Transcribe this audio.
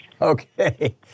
Okay